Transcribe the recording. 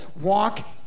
walk